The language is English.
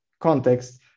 context